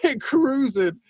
cruising